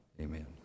Amen